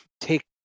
take